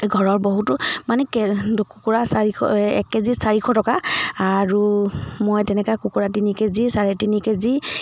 ঘৰৰ বহুতো মানে কে কুকুৰা চাৰিশ এক কেজিত চাৰিশ টকা আৰু মই তেনেকৈ কুকুৰা তিনি কেজি চাৰে তিনি কেজি